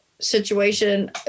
situation